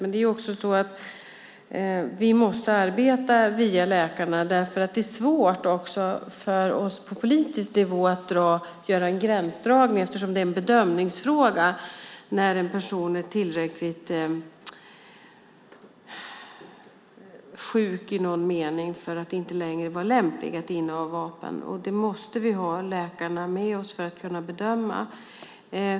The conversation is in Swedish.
Men vi måste arbeta via läkarna, för det är svårt för oss på politisk nivå att göra en gränsdragning eftersom det är en bedömningsfråga när en person är tillräckligt sjuk i någon mening för att inte vara lämplig att inneha vapen. Där måste vi ha läkarna med oss för att kunna göra en bedömning.